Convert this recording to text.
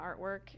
artwork